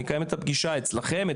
נקיים את הפגישה אצלכם,